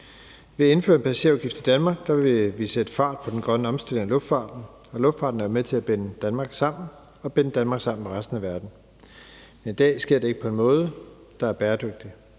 Ved at indføre en passagerafgift i Danmark vil vi sætte fart på den grønne omstilling af luftfarten. Luftfarten er jo med til at binde Danmark sammen og binde Danmark sammen med resten af verden, men i dag sker det ikke på en måde, der er bæredygtig.